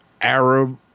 arab